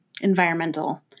environmental